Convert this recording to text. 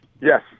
Yes